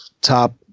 top